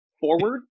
forward